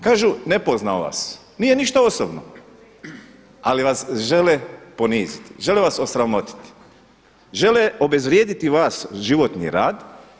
Kažu ne poznamo vas, nije ništa osobno, ali vas žele poniziti, žele vas osramotiti, žele obezvrijediti vaš životni rad.